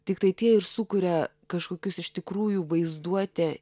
tiktai tie ir sukuria kažkokius iš tikrųjų vaizduotę